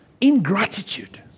ingratitude